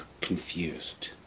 confused